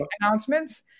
announcements